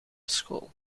school